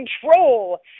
control